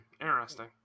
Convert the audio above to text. interesting